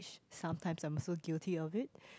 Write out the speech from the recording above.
sometimes I'm so guilty of it